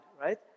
right